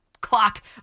clock